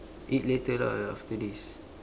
eat later lah after this